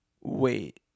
Wait